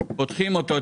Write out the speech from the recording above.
עוטפים אותו,